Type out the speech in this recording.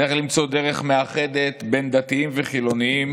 צריך למצוא דרך מאחדת בין דתיים וחילונים,